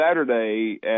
Saturday